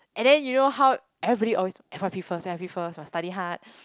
and then you know how every always f_y_p first f_y_p first must study hard